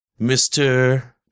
Mr